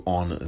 on